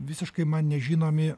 visiškai man nežinomi